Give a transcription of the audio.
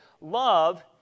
Love